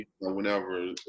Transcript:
whenever